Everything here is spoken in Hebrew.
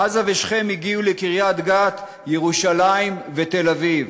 עזה ושכם הגיעו לקריית-גת, ירושלים ותל-אביב.